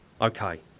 Okay